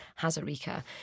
Hazarika